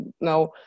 now